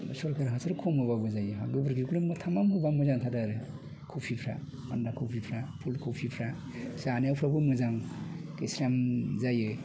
सरखारि हासार खम होब्लाबो जायो गोबोरखौलाय थामाम होब्ला मोजां जाथारो आरो खबिफ्रा बान्दा खबिफ्रा फुल खबिफ्रा जानायफ्रावबो मोजां गेस्रेम जायो